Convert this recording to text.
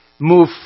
move